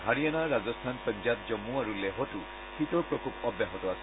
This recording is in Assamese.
হাৰিয়ানা ৰাজস্থান পঞ্জাৱ জন্মু আৰু লেহতো শীতৰ প্ৰকোপ অব্যাহত আছে